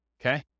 okay